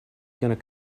going